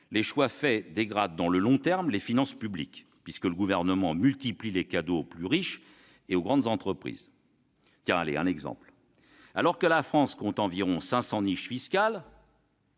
les choix opérés dégradent dans le long terme les finances publiques, puisque le Gouvernement multiplie les cadeaux aux plus riches et aux grandes entreprises. Un exemple : alors que la France compte environ 500 niches fiscales,